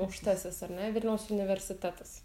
aukštasis ar ne vilniaus universitetas